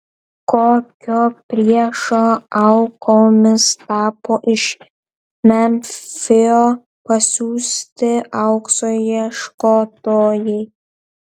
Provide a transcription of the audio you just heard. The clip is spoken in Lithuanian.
kokio priešo aukomis tapo iš memfio pasiųsti aukso ieškotojai